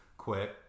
quit